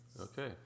Okay